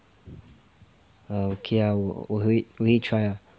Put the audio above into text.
err okay lah 我会我会 try lah